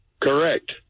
Correct